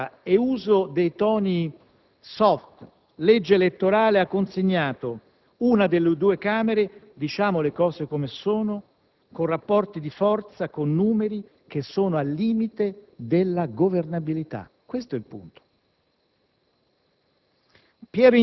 Una sciagurata - e uso dei toni *soft* - legge elettorale ha consegnato una delle due Camere - diciamo le cose come stanno - con rapporti di forza e con numeri al limite della governabilità: questo è il punto.